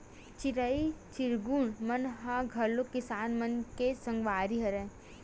चिरई चिरगुन मन ह घलो किसान मन के संगवारी हरय